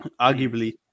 arguably